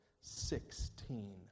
Sixteen